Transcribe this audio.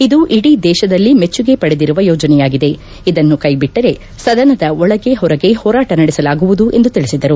ಇದು ಇಡೀ ದೇಶದಲ್ಲಿ ಮೆಟ್ಟುಗೆ ಪಡೆದಿರುವ ಯೋಜನೆಯಾಗಿದೆ ಇದನ್ನು ಕೈ ಬಿಟ್ಟರೆ ಸದನದ ಒಳಗೆ ಹೊರಗೆ ಹೋರಾಟ ನಡೆಸಲಾಗುವುದು ಎಂದು ತಿಳಿಸಿದರು